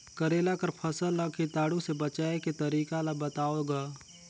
करेला कर फसल ल कीटाणु से बचाय के तरीका ला बताव ग?